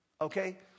Okay